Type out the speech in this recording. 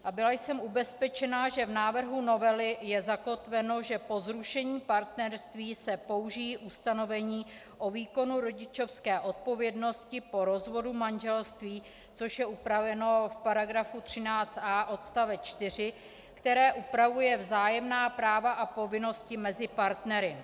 A byla jsem ubezpečena, že v návrhu novely je zakotveno, že po zrušení partnerství se použijí ustanovení o výkonu rodičovské odpovědnost po rozvodu manželství, což je upraveno v § 13a odst. 4, které upravuje vzájemná práva a povinnosti mezi partnery.